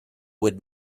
would